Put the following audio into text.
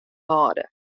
hâlde